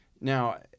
Now